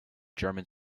german